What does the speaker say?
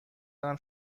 دارم